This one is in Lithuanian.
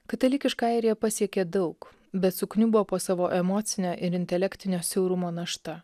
katalikiška airija pasiekė daug bet sukniubo po savo emocine ir intelektinio siaurumo našta